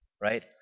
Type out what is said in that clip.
right